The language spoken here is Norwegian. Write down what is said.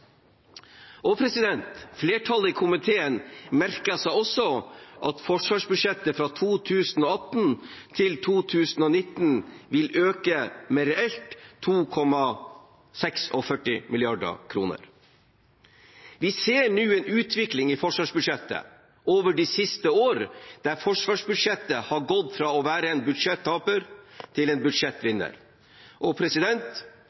Flertallet i komiteen merker seg også at forsvarsbudsjettet fra 2018 til 2019 vil reelt sett øke med 2,46 mrd. kr. Vi ser nå en utvikling i forsvarsbudsjettet over de siste årene der forsvarsbudsjettet har gått fra å være en budsjettaper til en